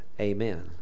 Amen